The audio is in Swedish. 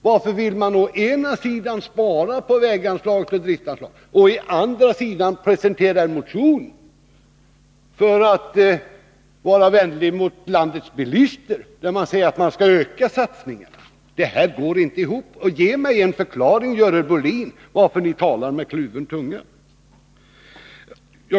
Varför vill de å ena sidan spara på underhållsoch driftsanslagen när de å andra sidan presenterar en motion där de för att vara vänliga mot landets bilister säger att satsningen skall öka? Det här går inte ihop. Ge mig en förklaring, Görel Bohlin, till att ni talar med kluven tunga!